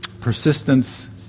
Persistence